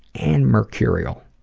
and mercurial.